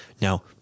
Now